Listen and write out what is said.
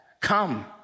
come